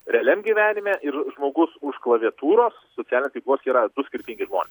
realiam gyvenime ir žmogus už klaviatūros sociale tinkluos yra du skirtingi žmon